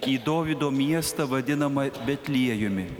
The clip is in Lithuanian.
į dovydo miestą vadinamą betliejumi